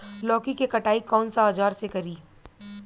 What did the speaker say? लौकी के कटाई कौन सा औजार से करी?